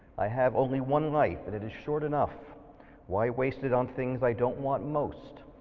i have only one life and it is short enough why waste it on things i don't want most.